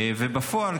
בפועל,